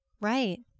Right